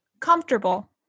comfortable